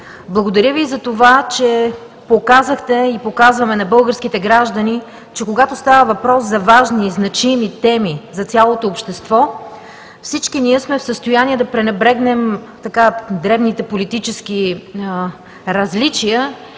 Благодаря Ви, че показахте и показваме на българските граждани, че когато става въпрос за важни, значими теми за цялото общество, всички ние сме в състояние да пренебрегнем дребните политически различия,